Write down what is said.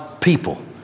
people